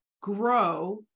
grow